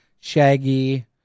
shaggy